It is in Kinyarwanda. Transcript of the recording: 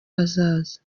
hazaza